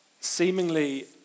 Seemingly